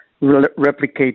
replicate